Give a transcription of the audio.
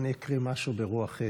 ואני אקריא משהו ברוח דברייך.